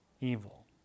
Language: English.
evil